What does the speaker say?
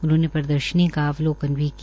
उन्होंने प्रदर्शनी का अवलोकन किया